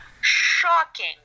shocking